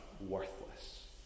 worthless